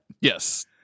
Yes